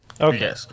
Okay